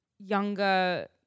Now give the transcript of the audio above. younger